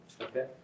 Okay